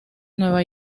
nueva